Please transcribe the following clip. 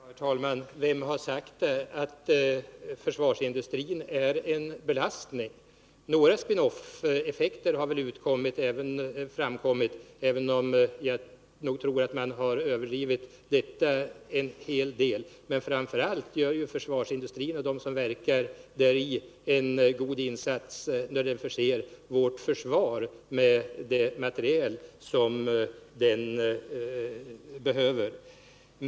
Herr talman! Vem har sagt att försvarsindustrin är en belastning? Några spin-off-effekter har väl framkommit, även om jag tror att man överdrivit detta en hel del. Men framför allt gör ju försvarsindustrin och de som verkar där en god insats när de förser vårt försvar med den materiel som det behöver.